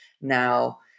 now